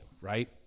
right